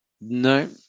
No